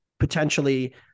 Potentially